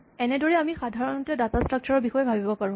এনেদৰেই আমি সাধাৰণতে ডাটা স্ট্ৰাক্সাৰ ৰ বিষয়ে ভাৱিব বিচাৰোঁ